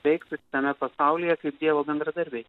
veiktų šitame pasaulyje kaip dievo bendradarbiai